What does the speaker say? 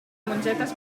mongetes